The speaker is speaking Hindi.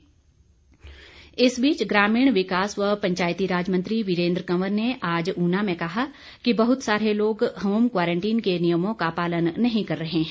वीरेन्द्र कंवर इस बीच ग्रामीण विकास व पंचायतीराज मंत्री वीरेन्द्र कंवर ने आज ऊना में कहा कि बहत सारे लोग होम क्वारंटीन के नियमों का पालन नहीं कर रहे हैं